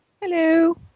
Hello